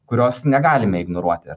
kurios negalime ignoruoti